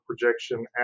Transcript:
projection